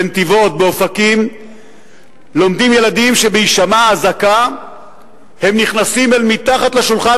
בנתיבות ובאופקים לומדים ילדים שבהישמע אזעקה הם נכנסים אל מתחת לשולחן,